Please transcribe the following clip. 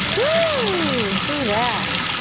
woooo! through that!